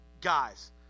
guys